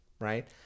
right